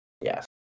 Yes